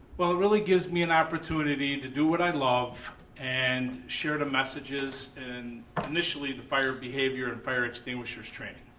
well it really gives me an opportunity to do what i love and share the messages and initially the fire behavior and fire extinguishers training.